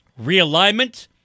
Realignment